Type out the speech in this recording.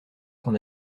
qu’on